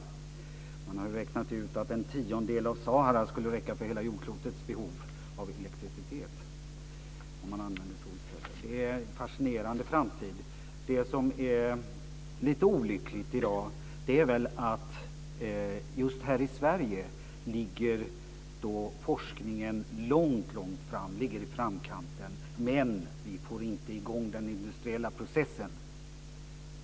Man har räknat ut att en tiondel av Sahara skulle räcka för hela jordklotets behov av elektricitet om man använde solceller. Det är en fascinerande framtid. Det som är lite olyckligt i dag är att just här i Sverige så ligger forskningen långt fram, i framkanten, men vi får inte i gång den industriella processen.